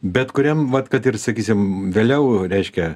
bet kuriam vat kad ir sakysim vėliau reiškia